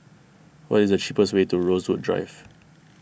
what is the cheapest way to Rosewood Drive